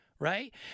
Right